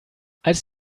als